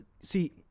see